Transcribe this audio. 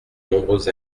nombreuses